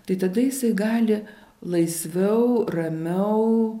tai tada jisai gali laisviau ramiau